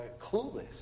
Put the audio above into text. clueless